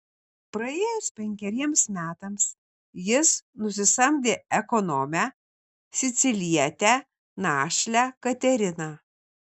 praėjus penkeriems metams jis nusisamdė ekonomę sicilietę našlę kateriną